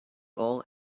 all